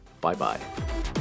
Bye-bye